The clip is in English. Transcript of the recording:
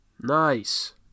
nice